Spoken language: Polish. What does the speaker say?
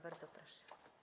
Bardzo proszę.